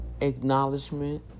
acknowledgement